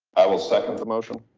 i will second the motion.